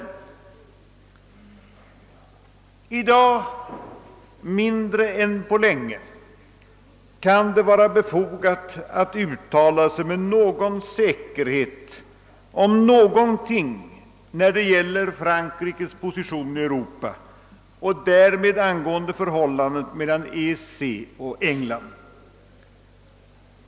Det är i dag mindre befogat än det varit på länge att uttala sig med någon säkerhet om någonting när det gäller Frankrikes position i Europa och därmed angående förhållandet mellan EEC och England.